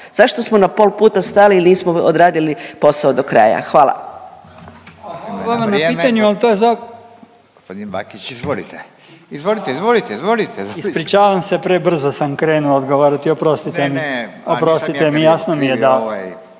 Zašto smo na pol puta stali i nismo odradili posao do kraja? Hvala.